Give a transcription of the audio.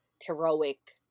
heroic